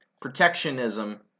Protectionism